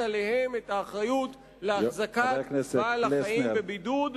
עליהם את האחריות להחזקת בעל-החיים בבידוד,